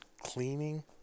cleaning